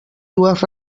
dues